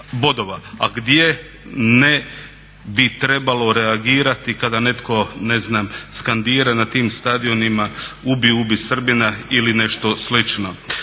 A gdje ne bi trebalo reagirati kada netko skandira na tim stadionima ″ubi, ubi Srbina″ ili nešto slično.